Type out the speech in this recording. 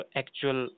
actual